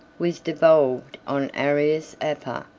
was devolved on arrius aper,